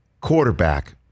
quarterback